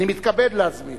אני מתכבד להזמין